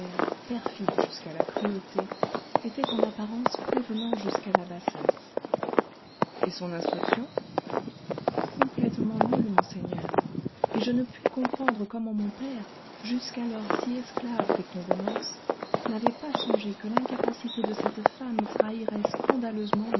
perfide jusqu'à la cruauté était en apparence prévenant jusqu'à la bassesse et son instruction complètement nulle monseigneur et je ne puis comprendre comment mon père jusqu'alors si esclave des convenances n'avait pas songé que l'incapacité de cette femme trahirait scandaleusement